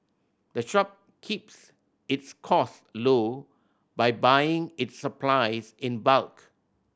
the shop keeps its costs low by buying its supplies in bulk